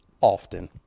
Often